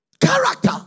character